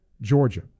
Georgia